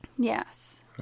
Yes